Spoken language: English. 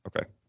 okay